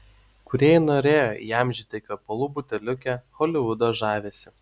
kūrėjai norėjo įamžinti kvepalų buteliuke holivudo žavesį